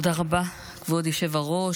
תודה רבה, כבוד היושב-ראש.